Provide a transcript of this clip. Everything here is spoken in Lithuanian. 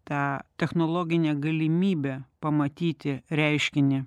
tą technologinę galimybę pamatyti reiškinį